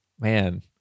Man